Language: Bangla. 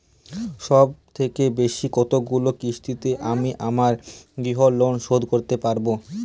সবথেকে বেশী কতগুলো কিস্তিতে আমি আমার গৃহলোন শোধ দিতে পারব?